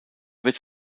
wird